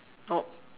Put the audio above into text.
nope